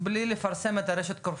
בלי לפרסם את רשת 'קרפור',